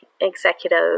executive